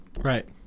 right